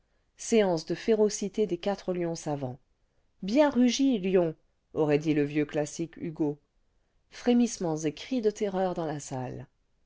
séance de férocité des quatre lions savants bien rugi bons aurait dit le vieux classique hugo frémissements et cris de terreur dans la salle